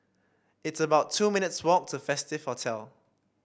it's about two minutes' walk to Festive Hotel